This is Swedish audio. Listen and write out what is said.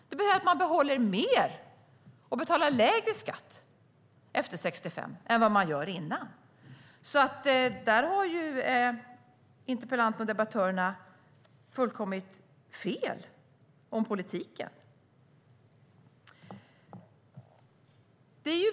Det betyder att de behåller mer och betalar lägre skatt efter 65 år än vad de gör innan. Där har interpellanten och debattörerna fullkomligt fel om politiken.